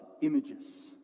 images